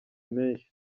menshi